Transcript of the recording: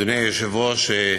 אדוני היושב-ראש,